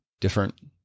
different